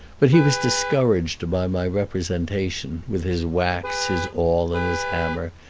but he was discouraged by my representation, with his wax, his awl, and his hammer,